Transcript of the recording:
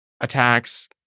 attacks